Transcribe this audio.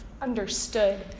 understood